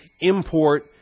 import